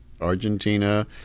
Argentina